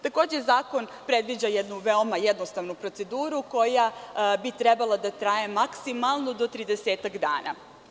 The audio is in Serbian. Takođe zakon predviđa jednu veoma jednostavnu proceduru koja bi trebalo da traje maksimalno do tridesetak dana.